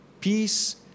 Peace